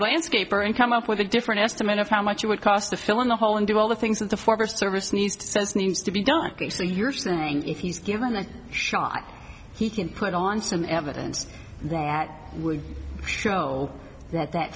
landscaper and come up with a different estimate of how much it would cost to fill in the hole and do all the things that the forest service needs to says needs to be done so you're saying if he's given a shot he can put on some evidence that would show that that